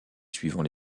suivant